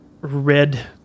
red